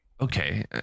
Okay